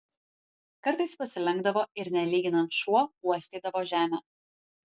kartais pasilenkdavo ir nelyginant šuo uostydavo žemę